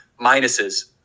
minuses